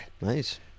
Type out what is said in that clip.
Nice